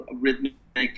rhythmic